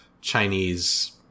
chinese